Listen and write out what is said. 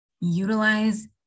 utilize